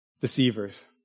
deceivers